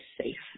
safe